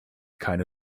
keine